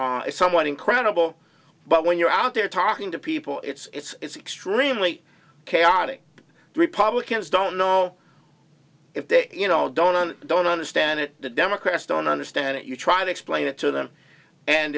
very somewhat incredible but when you're out there talking to people it's extremely chaotic republicans don't know if they you know don't on don't understand it the democrats don't understand it you try to explain it to them and